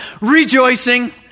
rejoicing